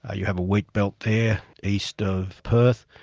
ah you have a wheatbelt there east of perth,